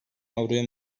avroya